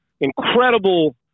incredible